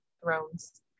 Throne's